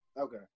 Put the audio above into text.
Okay